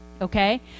Okay